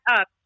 up